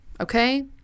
Okay